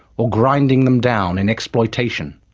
or grinding them down in exploitation.